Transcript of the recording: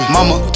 Mama